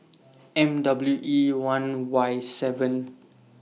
M W E one Y seven